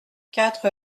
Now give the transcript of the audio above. quatre